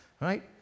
Right